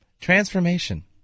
Transformation